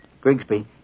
Grigsby